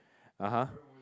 (uh huh)